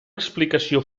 explicació